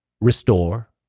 restore